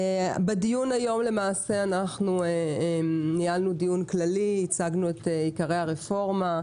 היום ניהלנו דיון כללי, הצגנו את עיקרי הרפורמה.